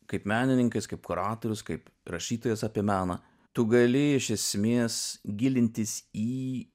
kaip menininkas kaip kuratorius kaip rašytojas apie meną tu gali iš esmės gilintis į